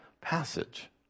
passage